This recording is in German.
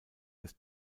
des